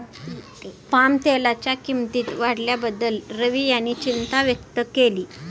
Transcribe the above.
पामतेलाच्या किंमती वाढल्याबद्दल रवी यांनी चिंता व्यक्त केली